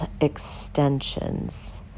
extensions